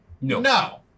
No